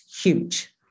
huge